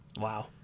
Wow